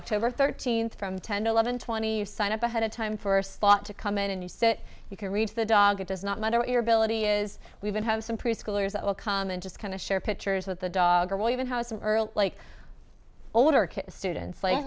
october thirteenth from ten to eleven twenty you sign up ahead of time for a slot to come in and use it you can read the dog does not matter what your ability is we've been home some preschoolers that will come and just kind of share pictures with the dog or we'll even how some girls like older students like